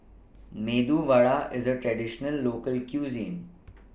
Medu Vada IS A Traditional Local Cuisine